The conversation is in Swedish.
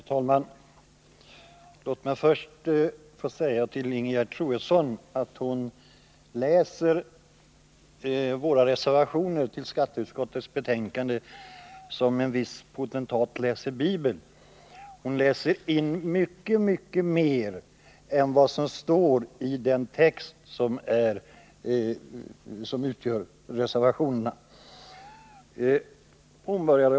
Herr talman! Låt mig först få säga till Ingegerd Troedsson att hon läser våra reservationer till skatteutskottets betänkande som en viss potentat läser Bibeln. Hon läser in mycket, mycket mer än vad som står i den text som reservationerna innehåller.